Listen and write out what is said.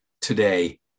today